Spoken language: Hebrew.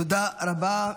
תודה רבה.